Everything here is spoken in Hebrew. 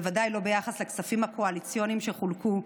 ובוודאי לא ביחס לכספים הקואליציוניים שחולקו,